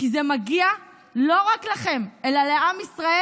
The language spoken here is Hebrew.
כי זה מגיע לא רק לכם אלא לעם ישראל,